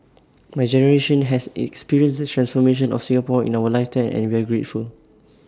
my generation has experienced the transformation of Singapore in our life time and we are grateful